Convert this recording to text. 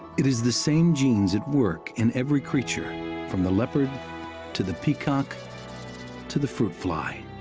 it is the same genes at work in every creature from the leopard to the peacock to the fruit fly,